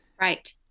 right